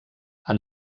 han